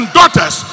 daughters